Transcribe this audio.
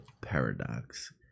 Paradox